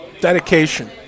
dedication